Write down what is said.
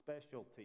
specialty